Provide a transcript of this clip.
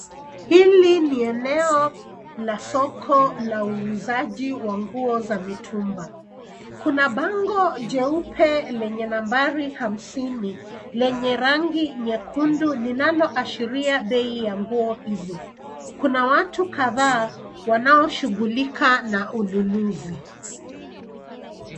Hili ni eneo la soko la uuzaji wa nguo za mitumba. Kuna bango jeupe lenye nambari hamsini lenye rangi nyekundu linalo ashiria bei ya nguo hizo. Kuna watu kadhaa wanaoshughulika na ununuzi.